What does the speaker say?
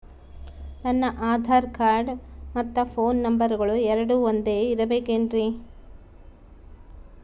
ನನ್ನ ಆಧಾರ್ ಕಾರ್ಡ್ ಮತ್ತ ಪೋನ್ ನಂಬರಗಳು ಎರಡು ಒಂದೆ ಇರಬೇಕಿನ್ರಿ?